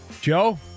Joe